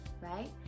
right